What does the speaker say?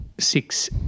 Six